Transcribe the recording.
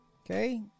okay